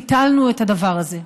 ביטלנו את הדבר הזה,